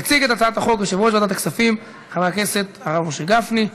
יציג את הצעת החוק יושב-ראש ועדת הכספים חבר הכנסת הרב משה גפני.